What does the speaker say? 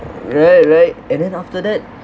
right right and then after that